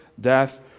death